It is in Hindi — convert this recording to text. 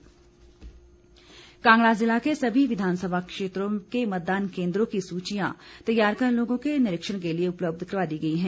मतदाता सूची कांगड़ा जिला के सभी विधानसभा क्षेत्रों के मतदान केंद्रों की सुचियां तैयार कर लोगों के निरीक्षण के लिए उपलब्ध करवा दी गई हैं